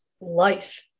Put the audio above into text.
life